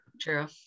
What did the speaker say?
true